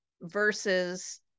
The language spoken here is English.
versus